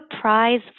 prize